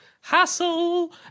Hassle